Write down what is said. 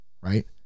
right